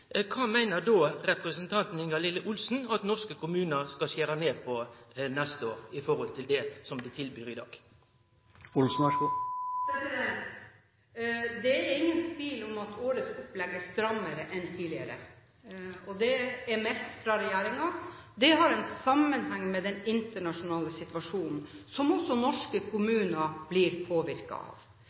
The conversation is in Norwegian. meiner representanten Ingalill Olsen at norske kommunar skal skjere ned på neste år, i forhold til det dei tilbyr i dag? Det er ingen tvil om at årets opplegg er strammere enn tidligere, det er meldt fra regjeringen. Det har en sammenheng med den internasjonale situasjonen som også norske kommuner blir påvirket av.